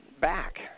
back